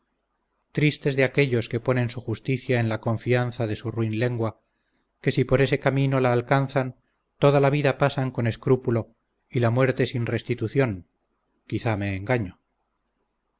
tristes de aquellos que ponen su justicia en la confianza de su ruin lengua que si por ese camino la alcanzan toda la vida pasan con escrúpulo y la muerte sin restitución quizá me engaño todas las